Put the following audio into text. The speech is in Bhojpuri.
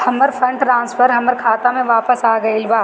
हमर फंड ट्रांसफर हमर खाता में वापस आ गईल बा